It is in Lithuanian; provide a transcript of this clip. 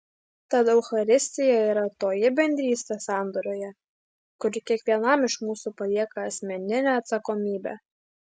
tad eucharistija yra toji bendrystė sandoroje kuri kiekvienam iš mūsų palieka asmeninę atsakomybę